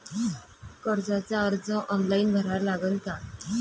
कर्जाचा अर्ज ऑनलाईन भरा लागन का?